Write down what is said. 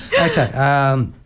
Okay